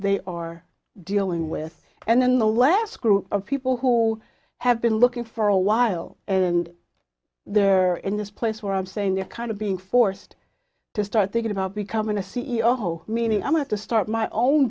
they are dealing with and then the last group of people who have been looking for a while and they're in this place where i'm saying they're kind of being forced to start thinking about becoming a c e o meaning i'm going to start my own